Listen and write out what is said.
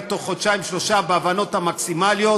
בתוך חודשיים-שלושה בהבנות המקסימליות,